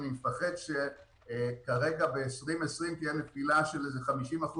אני מפחד שכרגע ב-2020 תהיה נפילה של כ-50%